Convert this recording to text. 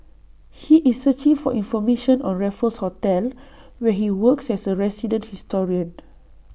he is searching for information on Raffles hotel where he works as A resident historian